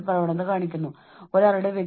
അതിനാൽ അത് ഒരു ദുഷിച്ച ചക്രമായി മാറുന്നു